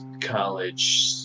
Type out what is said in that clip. college